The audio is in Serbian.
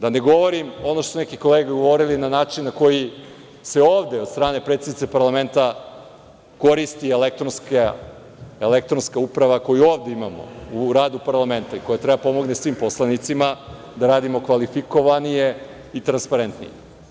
Da ne govorim ono što su neke kolege govorile, o načinu na koji se ovde od strane predsednice parlamenta koristi elektronska uprava koju ovde imamo u radu parlamenta i koja treba da pomogne svim poslanicima da radimo kvalifikovanije i transparentnije.